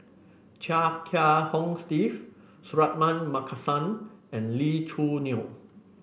Chia Kiah Hong Steve Suratman Markasan and Lee Choo Neo